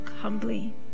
humbly